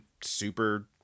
super